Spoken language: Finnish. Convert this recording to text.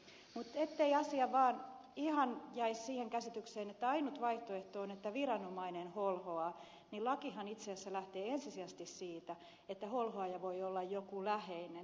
mutta ettei asia vaan ihan jäisi siihen käsitykseen että ainut vaihtoehto on että viranomainen holhoaa niin lakihan itse asiassa lähtee ensisijaisesti siitä että holhoaja voi olla joku läheinen